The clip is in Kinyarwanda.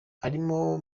arimo